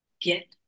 get